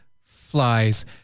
flies